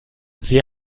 sie